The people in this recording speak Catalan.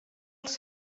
als